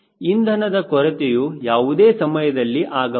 ಇಂಧನದ ಕೊರತೆಯು ಯಾವುದೇ ಸಮಯದಲ್ಲಿ ಆಗಬಾರದು